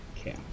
Okay